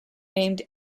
named